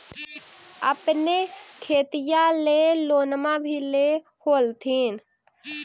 अपने खेतिया ले लोनमा भी ले होत्थिन?